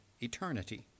eternity